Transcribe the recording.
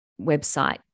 website